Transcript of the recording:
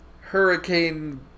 hurricane